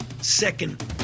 second